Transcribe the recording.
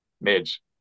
midge